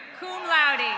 cum laude.